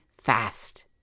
Fast